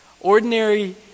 ordinary